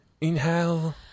Inhale